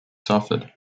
suffered